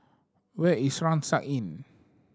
where is Rucksack Inn